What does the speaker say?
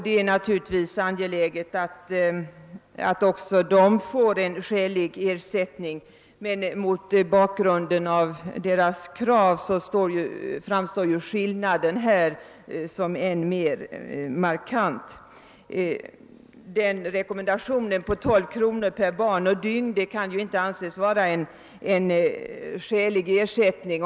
Det är naturligtvis angeläget att också de får en skälig ersättning. Men mot bakgrunden av deras krav framstår skillnaden som än mer markant. Rekommendationens 12 kr. per barn och dygn för sommarbarnvård kan inte anses vara en skälig ersättning.